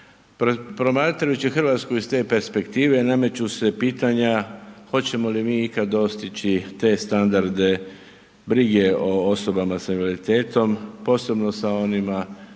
Promatrajući Hrvatsku iz te perspektive nameću se pitanja hoćemo li mi ikad dostići te standarde brige o osobama sa invaliditetom posebno sa onima